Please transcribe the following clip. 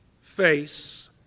face